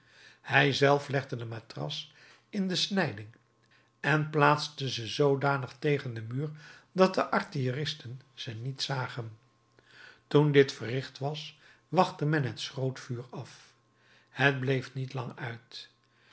hij zelf legde de matras in de snijding en plaatste ze zoodanig tegen den muur dat de artilleristen ze niet zagen toen dit verricht was wachtte men het schrootvuur af het bleef niet lang uit